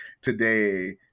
today